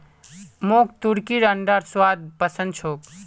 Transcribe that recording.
मोक तुर्कीर अंडार स्वाद पसंद छोक